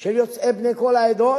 של יוצאי בני כל העדות.